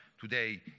today